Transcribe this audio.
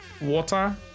water